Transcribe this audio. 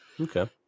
Okay